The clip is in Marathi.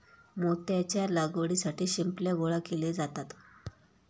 मोत्याच्या लागवडीसाठी शिंपल्या गोळा केले जातात